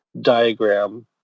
Diagram